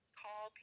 call